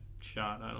shot